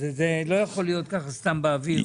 זה לא יכול להיות ככה סתם באוויר.